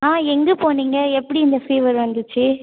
ஆ எங்கே போனீங்க எப்படி இந்த ஃபீவர் வந்துச்சு